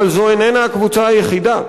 אבל זו איננה הקבוצה היחידה.